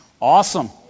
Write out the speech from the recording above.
awesome